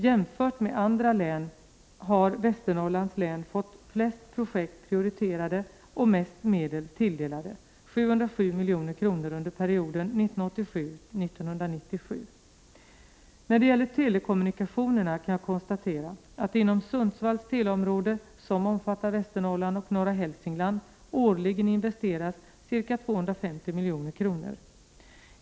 Jämfört med andra län har Västernorrlands län fått flest projekt prioriterade och mest medel tilldelade — 707 milj.kr. under perioden 1987-97. När det gäller telekommunikationerna kan jag konstatera att det inom Sundsvalls teleområde, som omfattar Västernorrland och norra Hälsingland, årligen investeras ca 250 milj.kr.